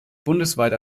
bundesweit